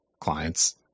clients